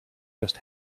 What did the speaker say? just